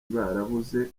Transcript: barabuze